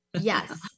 yes